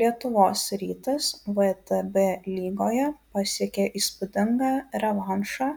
lietuvos rytas vtb lygoje pasiekė įspūdingą revanšą